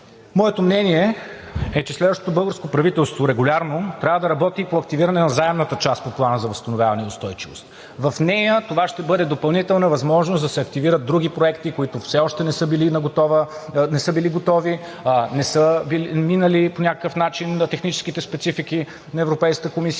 Моето мнение е, че следващото българско правителство регулярно трябва да работи по активиране на заемната част по Плана за възстановяване и устойчивост. В нея това ще бъде допълнителна възможност да се активират други проекти, които все още не са били готови, не са минали по някакъв начин на техническите специфики на Европейската комисия.